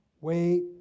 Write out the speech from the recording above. wait